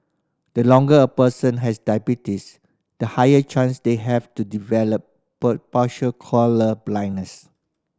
the longer a person has diabetes the higher chance they have of to develop partial colour blindness